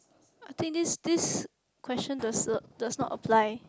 I think this this question does does not apply